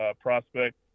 prospect